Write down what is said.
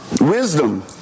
Wisdom